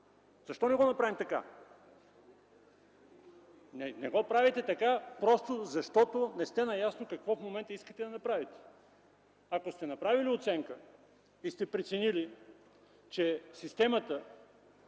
Защо не го направим така? Не го правите така просто защото не сте наясно какво в момента искате да направите. Ако сте направили оценка и сте преценили, че системата